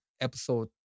episode